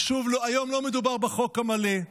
ושוב, היום לא מדובר בחוק המלא.